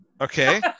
Okay